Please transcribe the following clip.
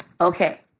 Okay